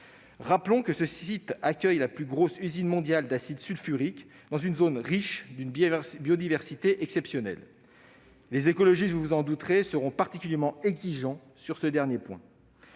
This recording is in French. Rappelons que ce site accueille la plus grosse usine mondiale d'acide sulfurique, dans une zone riche d'une biodiversité exceptionnelle. Vous vous doutez bien que les écologistes seront particulièrement exigeants sur ce dernier point.